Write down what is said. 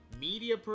Media